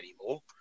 anymore